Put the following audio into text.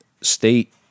state